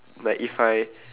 like if I